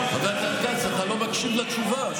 הכנסת כץ, אתה לא מקשיב לתשובה.